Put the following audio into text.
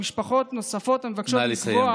נא לסיים,